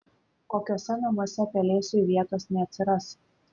kokiuose namuose pelėsiui vietos neatsiras